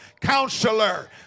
Counselor